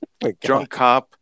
DrunkCop